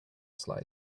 slide